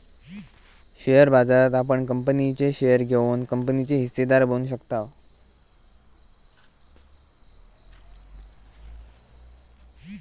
share बाजारात आपण कंपनीचे शेअर घेऊन कंपनीचे हिस्सेदार बनू शकताव